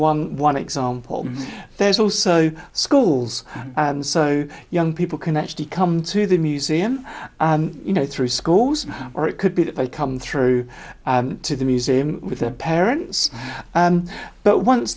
one one example there's also schools so young people can actually come to the museum you know through schools or it could be they come through to the museum with their parents but once